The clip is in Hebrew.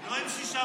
מה?